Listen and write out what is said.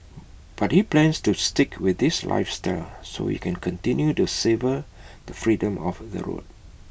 but he plans to stick with this lifestyle so he can continue to savour the freedom of the road